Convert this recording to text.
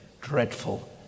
dreadful